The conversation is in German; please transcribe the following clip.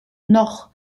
noch